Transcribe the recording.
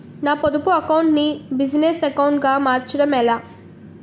నా పొదుపు అకౌంట్ నీ బిజినెస్ అకౌంట్ గా మార్చడం ఎలా?